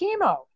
chemo